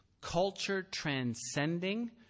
culture-transcending